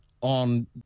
on